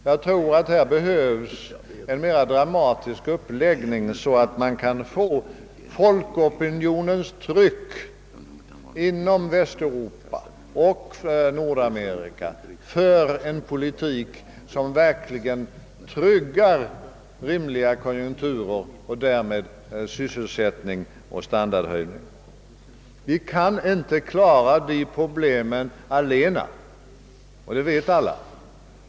Jag tror att det behövs en mera dramatisk uppläggning, så att man kan få folkopinionens tryck inom Västeuropa och Nordamerika bakom en politik som verkligen tryggar rimliga konjunkturer och därmed sysselsättning och standardhöjning. Vi i Norden kan inte klara dessa problem allena, och det vet alla.